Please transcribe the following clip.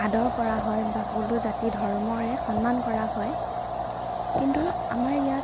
আদৰ কৰা হয় বা সকলো জাতি ধৰ্মৰে সন্মান কৰা হয় কিন্তু আমাৰ ইয়াত